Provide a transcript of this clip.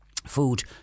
food